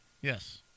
Yes